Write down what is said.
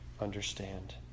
understand